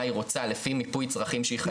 מה היא רוצה לפי מיפוי צרכים שהיא חייבת-